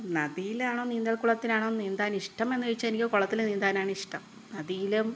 നദിയിലാണോ നീന്താൻ കുളത്തിലാണോ നീന്താൻ ഇഷ്ടം എന്നു ചോദിച്ചാല് എനിക്ക് കുളത്തിൽ നീന്തനാണ് ഇഷ്ടം നദിയിലും